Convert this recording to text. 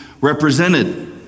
represented